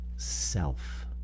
Self